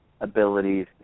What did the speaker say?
abilities